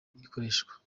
ikoreshwa